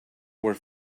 were